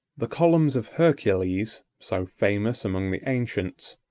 the columns of hercules, so famous among the ancients,